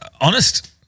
Honest